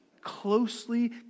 Closely